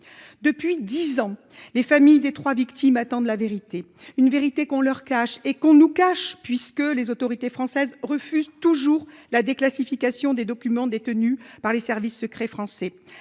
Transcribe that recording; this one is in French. Depuis 10 ans. Les familles des 3 victimes attendent la vérité une vérité qu'on leur cache et qu'on nous cache puisque les autorités françaises refusent toujours la déclassification des documents détenus par les services secrets français.